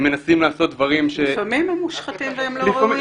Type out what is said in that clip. הם מנסים לעשות דברים --- לפעמים הם מושחתים ולא ראויים.